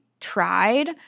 tried